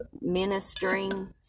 ministering